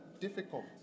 difficult